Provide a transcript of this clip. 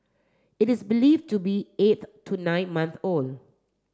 it is believe to be eight to nine months old